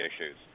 issues